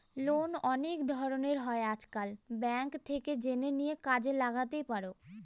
loan অনেক ধরনের হয় আজকাল, ব্যাঙ্ক থেকে জেনে নিয়ে কাজে লাগাতেই পারো